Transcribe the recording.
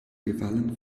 gefallen